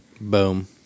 Boom